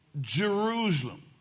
Jerusalem